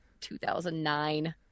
2009